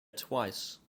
twice